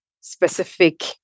specific